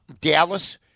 Dallas